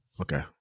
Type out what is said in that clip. okay